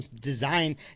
design